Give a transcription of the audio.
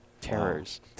terrors